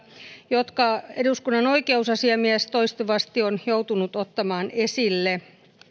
jotka eduskunnan oikeusasiamies toistuvasti on joutunut ottamaan esille